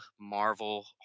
Marvel